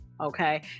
Okay